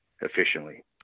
efficiently